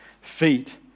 feet